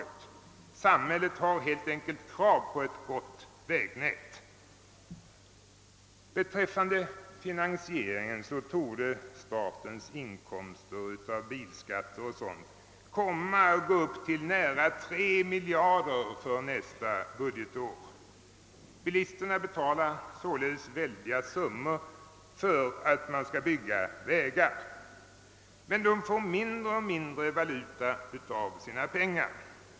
Samhället har helt enkelt krav på ett gott vägnät. Beträffande finansieringen torde statens inkomster av bilskatter och sådant komma att gå upp till cirka 3 miljarder kronor för nästa budgetår. Bilisterna betalar således väldiga summor för att det skall byggas vägar, men de får mindre och mindre valuta för sina pengar.